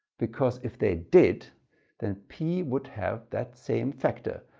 because if they did then p would have that same factor.